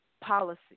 policy